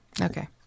Okay